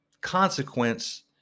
consequence